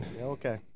Okay